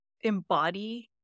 embody